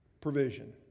Provision